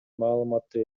маалыматты